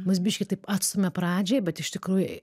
mus biškį taip atstumia pradžioj bet iš tikrųjų